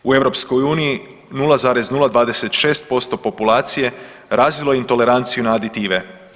U EU 0,026% populacije razvilo intoleranciju na aditive.